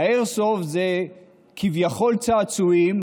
איירסופט זה כביכול צעצועים